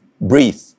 breathe